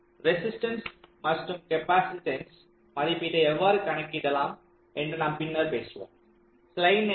resistance மற்றும் capacitance மதிப்பீட்டை எவ்வாறு கணக்கிடலாம் என நாம் பின்னர் பேசுவோம்